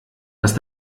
dass